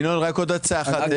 ינון, רק עוד הצעה אחת.